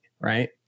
right